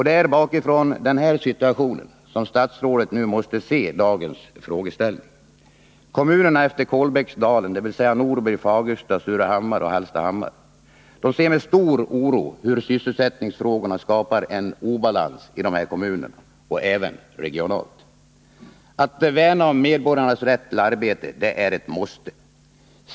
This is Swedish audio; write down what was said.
Det är mot bakgrund av denna situation som vi nu måste se dagens frågeställning. Kommunerna utefter Kolbäcksdalen, dvs. Norberg, Fagersta, Surahammar och Hallstahammar, ser med oro hur sysselsättningsfrågorna skapar en obalans i kommunen och även i hela regionen. Att värna om medborgarnas rätt till arbete är ett måste.